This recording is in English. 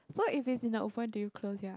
so if it's in the open do you close your eyes